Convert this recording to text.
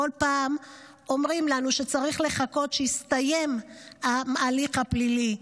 בכל פעם אומרים לנו שצריך לחכות שיסתיים ההליך הפלילי,